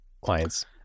clients